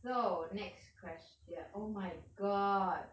so next question oh my god